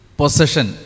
possession